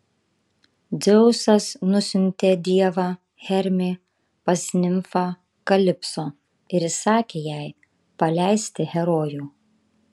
dzeusas nusiuntė dievą hermį pas nimfą kalipso ir įsakė jai paleisti herojų